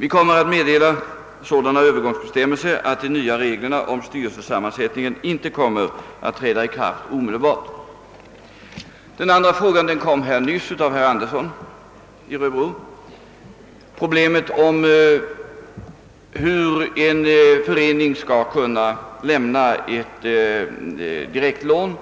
Vi kommer att meddela sådana övergångsbestämmelser att de nya reglerna om styrelsernas sammansättning inte kommer att träda i kraft omedelbart. Den andra frågan ställdes nyss av herr Andersson i Örebro och gällde problemet om hur en förening skall kunna lämna ett direktlån